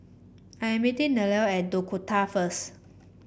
I meeting Nelle at Dakota first